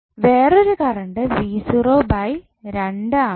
വേറൊരു കറണ്ട് ആണ്